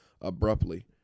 abruptly